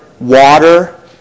water